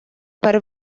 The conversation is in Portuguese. para